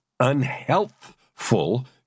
unhealthful